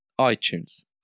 iTunes